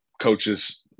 coaches